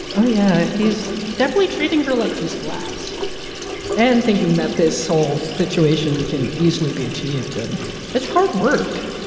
oh, yeah, he's definitely treating her like she's glass and thinking that this whole situation can easily be achieved. and it's hard work.